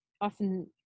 often